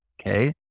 Okay